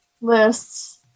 lists